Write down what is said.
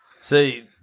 See